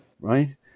right